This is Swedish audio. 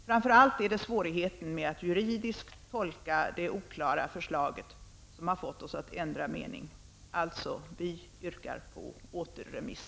Framför allt är det svårigheten med att juridiskt tolka det oklara förslaget som har fått oss att ändra mening. Vi yrkar alltså på återremiss.